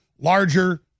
larger